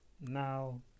now